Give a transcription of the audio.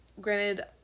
Granted